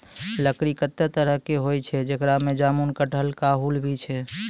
लकड़ी कत्ते तरह केरो होय छै, जेकरा में जामुन, कटहल, काहुल भी छै